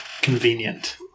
Convenient